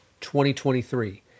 2023